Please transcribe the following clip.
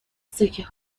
سکه